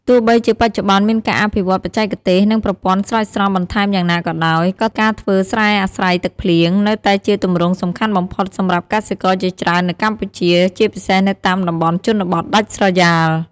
ទោះបីជាបច្ចុប្បន្នមានការអភិវឌ្ឍន៍បច្ចេកទេស និងប្រព័ន្ធស្រោចស្រពបន្ថែមយ៉ាងណាក៏ដោយ ក៏ការធ្វើស្រែអាស្រ័យទឹកភ្លៀងនៅតែជាទម្រង់សំខាន់បំផុតសម្រាប់កសិករជាច្រើននៅកម្ពុជា ជាពិសេសនៅតាមតំបន់ជនបទដាច់ស្រយាល។